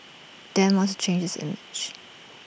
Dem wants change this image